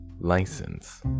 license